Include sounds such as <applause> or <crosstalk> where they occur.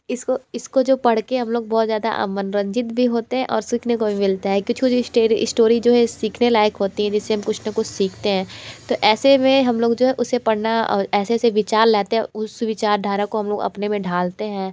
इसको इसको जो पढ़के हम लोग बहुत ज़्यादा मनोरंजित भी होते हैं और सीखने को भी मिलता है <unintelligible> जो इस्टोरी जो है सीखने लायक होती है जिससे हम कुछ न कुछ सीखते हैं तो ऐसे में हम लोग जो है उसे पढ़ना और ऐसे ऐसे विचार लाते हैं उस विचारधारा को हम लोग अपने में ढालते हैं